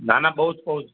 ના ના પૂછ પૂછ